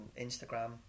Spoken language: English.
Instagram